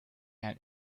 can